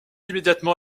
immédiatement